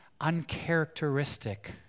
uncharacteristic